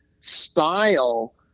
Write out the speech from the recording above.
style